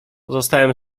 pozostałem